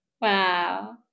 Wow